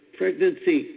pregnancy